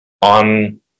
on